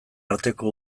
arteko